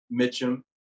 Mitchum